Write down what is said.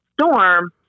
storm